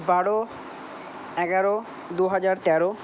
বারো এগারো দুহাজার তেরো